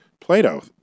Plato